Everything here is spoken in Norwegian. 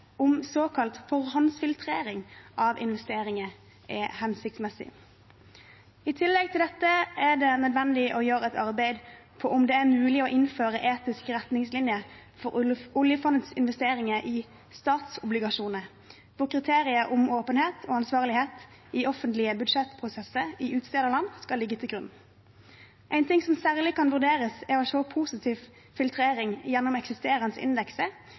om såkalt forhåndsfiltrering av investeringer er hensiktsmessig. I tillegg til dette er det nødvendig å gjøre et arbeid på om det er mulig å innføre etiske retningslinjer for oljefondets investeringer i statsobligasjoner, hvor kriterier om åpenhet og ansvarlighet i offentlige budsjettprosesser i utstederland skal ligge til grunn. En ting som særlig kan vurderes, er å se positiv filtrering gjennom eksisterende indekser,